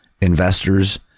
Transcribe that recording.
Investors